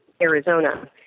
Arizona